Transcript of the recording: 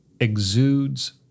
exudes